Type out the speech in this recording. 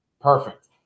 perfect